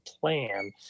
plan